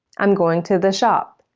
i'm going to the shop.